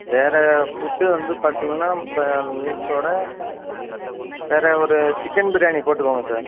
வேறு ஃபுட்டு வந்து பார்த்தீங்கன்னா இப்போ மீல்ஸோட வேறு ஒரு சிக்கன் பிரியாணி போட்டுக்கோங்க சார்